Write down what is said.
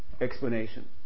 explanation